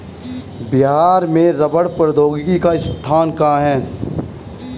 बिहार में रबड़ प्रौद्योगिकी का संस्थान कहाँ है?